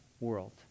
world